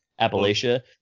Appalachia